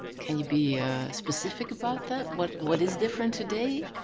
can you be specific about that? what what is different today?